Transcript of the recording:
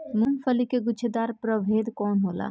मूँगफली के गुछेदार प्रभेद कौन होला?